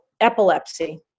epilepsy